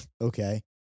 okay